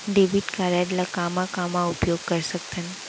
Debit card ला कामा कामा उपयोग कर सकथन?